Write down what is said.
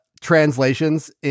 translations